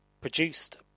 produced